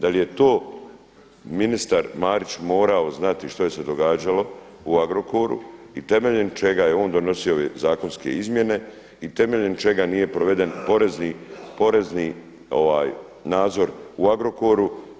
Da li je to ministar Marić morao znati što se događalo u Agrokoru i temeljem čega je on donosio ove zakonske izmjene i temeljem čega nije proveden porezni nadzor u Agrokoru.